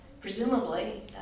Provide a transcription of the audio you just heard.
presumably